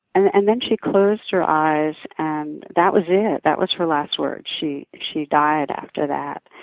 and and then she closed her eyes and that was yeah it. that was her last words. she she died after that.